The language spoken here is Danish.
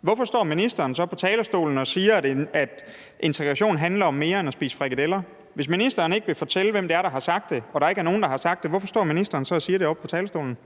Hvorfor står ministeren så på talerstolen og siger, at integration handler om mere end at spise frikadeller? Hvis ministeren ikke vil fortælle, hvem det er, der har sagt det, og der ikke er nogen, der har sagt det, hvorfor står ministeren så og siger det oppe på talerstolen?